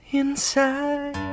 inside